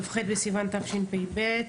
כ"ח בסיון תשפ"ב,